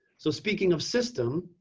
so speaking of system,